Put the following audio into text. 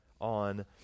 on